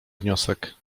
wniosek